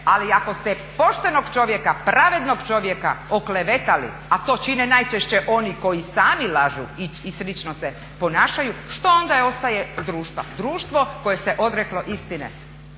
ali ako ste poštenog čovjeka, pravednog čovjeka oklevetali, a to čine najčešće oni koji i sami lažu i slično se ponašaju, što onda ostaje od društva? Društvo koje se odreklo istine,